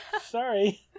sorry